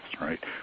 right